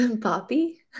Poppy